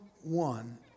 one